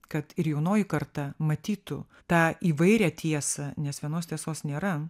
kad ir jaunoji karta matytų tą įvairią tiesą nes vienos tiesos nėra